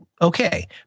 okay